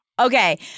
Okay